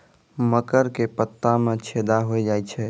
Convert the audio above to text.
मकर के पत्ता मां छेदा हो जाए छै?